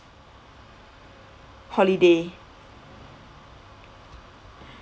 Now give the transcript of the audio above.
holiday